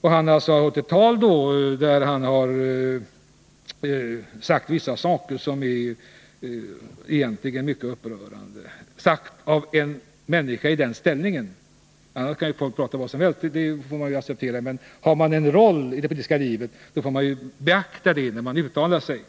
Personen i fråga har alltså hållit ett tal, där han sagt vissa saker som egentligen är mycket upprörande mot bakgrund av att de sagts av någon som har den här ställningen. I andra sammanhang kan ju folk uttala sig och säga vad som helst, och vi får acceptera det, men har man en roll i det politiska livet måste man beakta det när man uttalar sig.